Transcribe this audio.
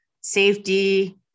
safety